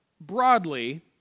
broadly